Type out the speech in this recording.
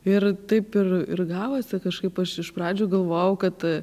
ir taip ir ir gavosi kažkaip aš iš pradžių galvojau kad